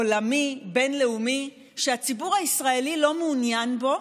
עולמי, בין-לאומי, שהציבור הישראלי לא מעוניין בו,